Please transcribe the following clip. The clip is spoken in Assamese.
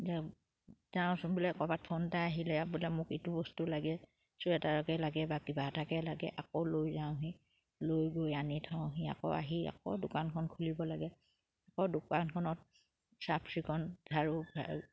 যাওঁচোন বোলে ক'ৰবাত ফোন এটা আহিলে বোলে মোক ইটো বস্তু লাগে চুৱেটাৰকে লাগে বা কিবা এটাকে লাগে আকৌ লৈ যাওঁহি লৈ গৈ আনি থওঁহি আকৌ আহি আকৌ দোকানখন খুলিব লাগে আকৌ দোকানখনত চাফ চিকুণ জাৰু